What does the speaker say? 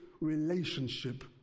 relationship